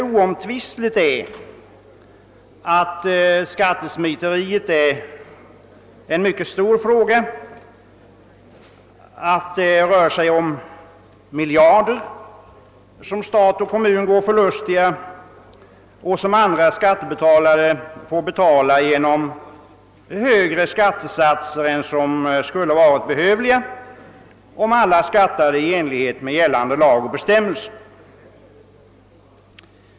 Oomtvistligt är att skattesmiteriet är en mycket stor fråga och att det rör sig om miljarder som stat och kommun går förlustiga och som andra skattebetalare får betala genom högre skattesatser än som skulle varit behövligt om alla skattade i enlighet med gällande lag och bestämmelser.